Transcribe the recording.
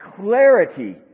clarity